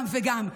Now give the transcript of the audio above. גם וגם,